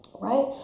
right